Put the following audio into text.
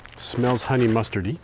smells honey mustardy.